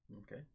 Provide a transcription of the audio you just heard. Okay